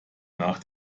nach